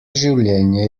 življenje